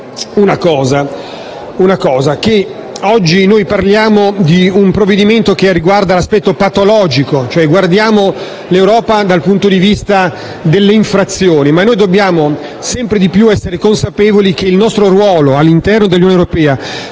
ricordando che oggi parliamo di un provvedimento che riguarda l'aspetto patologico, che riguarda cioè l'Europa dal punto di vista delle infrazioni, ma dobbiamo sempre di più essere consapevoli che il nostro ruolo all'interno dell'Unione europea